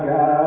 God